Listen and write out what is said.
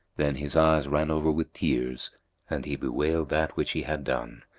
then his eyes ran over with tears and he bewailed that which he had done,